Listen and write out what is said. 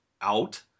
out